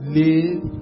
live